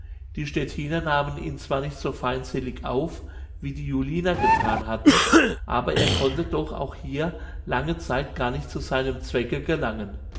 die stettiner nahmen ihn zwar nicht so feindselig auf wie die juliner gethan hatten aber er konnte doch auch hier lange zeit gar nicht zu seinem zwecke gelangen